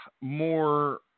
more